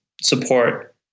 support